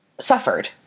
suffered